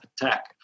attack